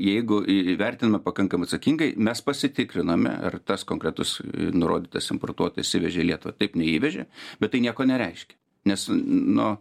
jeigu įvertino pakankamai atsakingai mes pasitikriname ar tas konkretus nurodytas importuotojas įvežė į lietuvą taip neįvežė bet tai nieko nereiškia nes nu